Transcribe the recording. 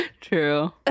True